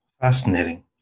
Fascinating